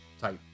type